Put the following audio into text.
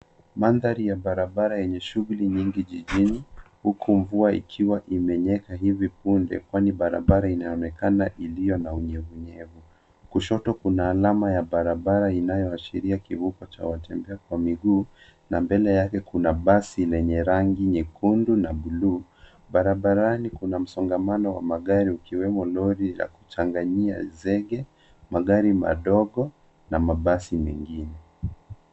Mandhari ya barabara yenye shughuli nyingi jijini huku mvua ikiwa imenyesha hivi punde kwani barabara inaonekana iliyo na unyevunyevu. Kushoto, kuna alama ya barabara inayoashiria kivuko cha watembea kwa miguu na mbele yake kuna basi lenye rangi nyekundu na buluu. Barabarani kuna msongomano wa magari ukiwemo lori la kuchanganyia zege, magari madogo na mabasi mengine.